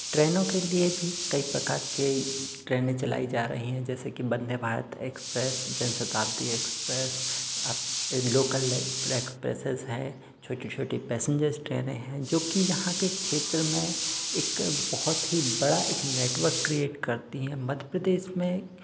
ट्रेनों के लिए भी कई प्रकार के ट्रेने चलायी जा रहीं हैं जैसे की Vande Bharat express Janshatabdi express local expresses हैं छोटी छोटी पैसेनजर्स ट्रेने हैं जो की यहाँ के क्षेत्र में एक बहुत ही बड़ा एक नेटवर्क क्रीएट करती हैं मध्यप्रदेश में